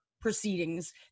proceedings